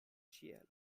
ĉielo